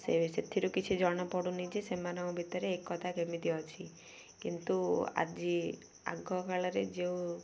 ସେ ସେଥିରୁ କିଛି ଜଣାପଡ଼ୁନି ଯେ ସେମାନଙ୍କ ଭିତରେ ଏକ କଥା କେମିତି ଅଛି କିନ୍ତୁ ଆଜି ଆଗକାାଳରେ ଯେଉଁ